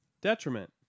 Detriment